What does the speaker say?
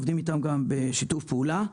עובדים איתם גם בשיתוף פעולה.